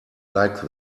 like